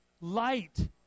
light